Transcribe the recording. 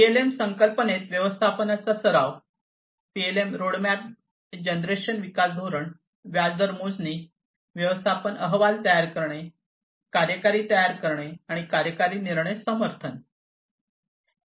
PLM संकल्पनेत व्यवस्थापनाचा सराव पीएलएम रोडमॅप जनरेशन विकास धोरण व्याज दर मोजणी व्यवस्थापन अहवाल तयार करणे कार्यकारी तयारी आणि कार्यकारी निर्णय समर्थन